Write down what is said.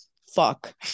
fuck